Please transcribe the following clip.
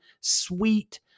sweet